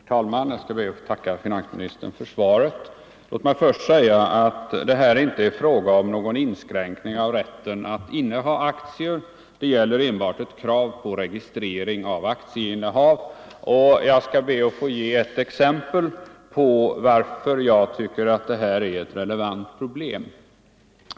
Herr talman! Jag skall be att få tacka finansministern för svaret. Låt mig först säga att det här inte är fråga om någon inskränkning av rätten att inneha aktier. Det gäller enbart ett krav på registrering av aktieinnehavet. Jag skall be att få ge ett exempel på varför jag tycker att detta är ett relevant problem.